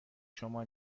شما